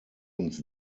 uns